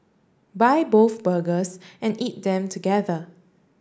buy both burgers and eat them together